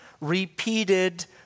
repeated